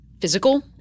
physical